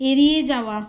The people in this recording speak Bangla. এড়িয়ে যাওয়া